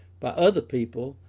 by other people,